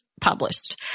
published